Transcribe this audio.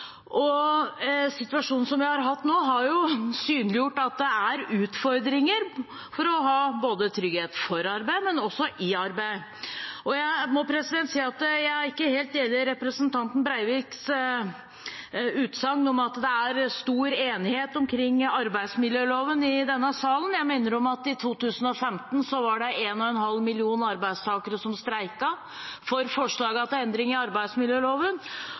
vi har hatt nå, har synliggjort at det er utfordringer knyttet til trygghet både for arbeid og i arbeid. Jeg må si at jeg ikke er helt enig i representanten Breiviks utsagn om at det er stor enighet omkring arbeidsmiljøloven i denne salen. Jeg minner om at i 2015 var det 1,5 millioner arbeidstakere som streiket for forslagene til endring i arbeidsmiljøloven,